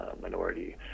minority